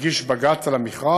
הגיש בג"ץ על המכרז,